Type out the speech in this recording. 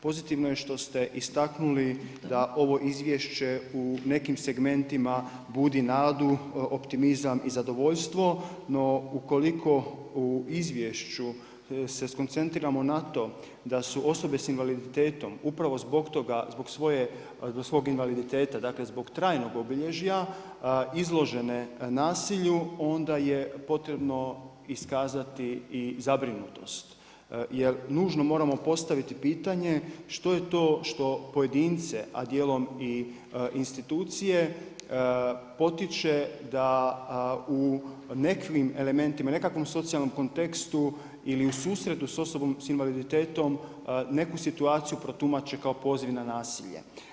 Pozitivno je što ste istaknuli da ovo izvješće u nekim segmentima budi nadu, optimizam i zadovoljstvo, no ukoliko u izvješću se skoncentriramo na to da su osobe s invaliditetom upravo zbog svog invaliditeta, zbog trajnog obilježja izložene nasilju onda je potrebno iskazati i zabrinutost jer nužno moramo postaviti pitanje, što je to što pojedince, a dijelom i institucije potiče da u nekakvim elementima, nekakvom socijalnom kontekstu ili u susretu s osobom s invaliditetom neku situaciju protumače kao poziv na nasilje.